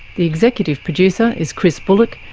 the executive producer is chris bullock,